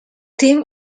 team